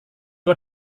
tua